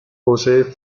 posee